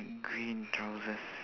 green trousers